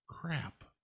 crap